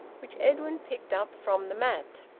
which edwin picked up from the mat,